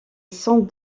sans